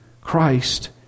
Christ